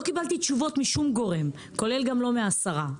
לא קיבלתי תשובות משום גורם, כולל גם לא מהשרה.